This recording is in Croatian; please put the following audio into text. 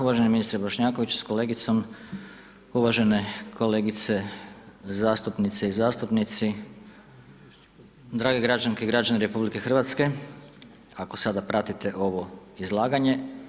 Uvaženi ministre Bošnjakoviću sa kolegicom, uvažene kolegice zastupnice i zastupnici, drage građanke i građani RH ako sada pratite ovo izlaganje.